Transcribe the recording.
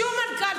שום מנכ"ל,